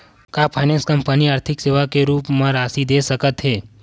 का finance company आर्थिक सेवा के रूप म राशि दे सकत हे?